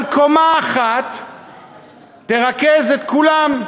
על קומה אחת תרכז את כולם,